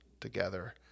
together